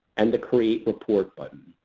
and the create report button.